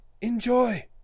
Enjoy